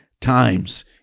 times